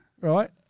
Right